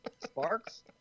Sparks